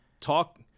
talk